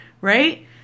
right